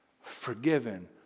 forgiven